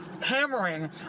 hammering